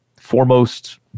foremost